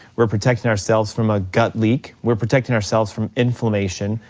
we're protecting ourselves from a gut leak, we're protecting ourselves from inflammation,